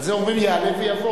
על זה אומרים: יעלה ויבוא.